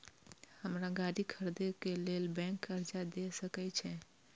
हमरा गाड़ी खरदे के लेल बैंक कर्जा देय सके छे?